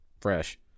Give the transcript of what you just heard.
fresh